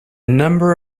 number